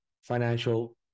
financial